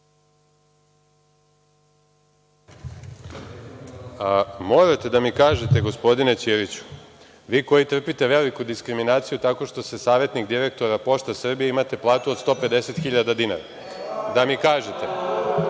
Morate da mi kažete, gospodine Ćiriću, vi koji trpite veliku diskriminaciju tako što ste savetnik direktora Pošta Srbije i imate platu od 150.000 dinara, koje